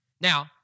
Now